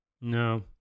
No